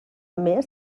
més